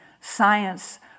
science